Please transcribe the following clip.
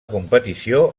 competició